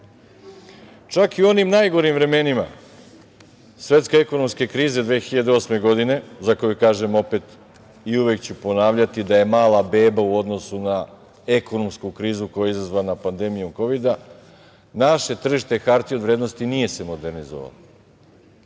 Čak i u onim najgorim vremenima Svetske ekonomske krize 2008. godine, za koju kažem opet i uvek ću ponavljati da je mala beba u odnosu na ekonomsku krizu koja je izazvana pandemijom kovida, naše tržište hartije od vrednosti nije se modernizovalo.